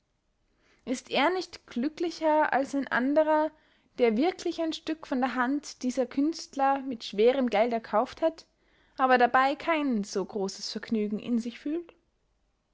ist er nicht glücklicher als ein anderer der wirklich ein stück von der hand dieser künstler mit schwerem geld erkauft hat aber dabey kein so grosses vergnügen in sich fühlt